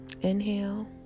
Inhale